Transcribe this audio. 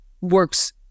works